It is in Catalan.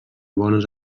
bones